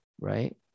right